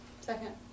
Second